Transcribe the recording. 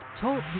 Talk